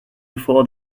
before